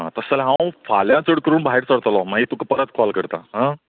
हां तशें जाल्यार हांव फाल्यां चड करून भायर सरतलो मागीर तुका परत कॉल करता आं